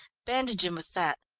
bandage him with that.